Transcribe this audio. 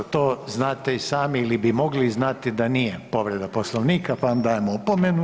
To znate i sami ili bi mogli znati da nije povreda Poslovnika, pa vam dajem opomenu.